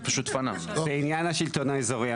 בעניין השלטון האזורי,